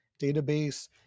database